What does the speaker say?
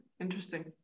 Interesting